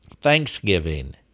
thanksgiving